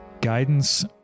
Guidance